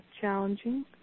challenging